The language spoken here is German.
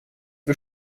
wir